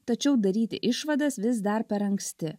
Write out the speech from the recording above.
tačiau daryti išvadas vis dar per anksti